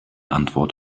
antwort